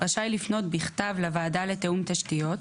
רשאי לפנות בכתב לוועדה לתיאום תשתיות,